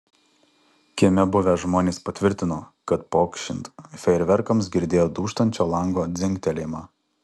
kieme buvę žmonės patvirtino kad pokšint fejerverkams girdėjo dūžtančio lango dzingtelėjimą